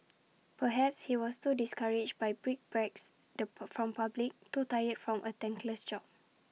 perhaps he was too discouraged by brickbats the from the public too tired from A thankless job